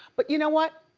but you know what,